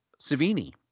Savini